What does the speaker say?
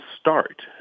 start